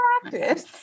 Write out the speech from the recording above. practice